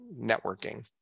networking